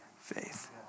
faith